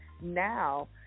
now